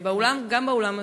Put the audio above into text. גם באולם הזה,